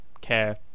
care